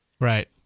Right